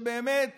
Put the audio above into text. שאני באמת